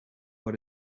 what